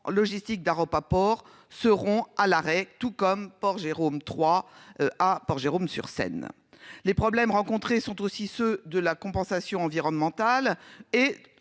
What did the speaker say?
Logistique d'repas seront à l'arrêt, tout comme Port-Jérôme. À Port-Jérôme sur scène les problèmes rencontrés sont aussi ceux de la compensation environnementale et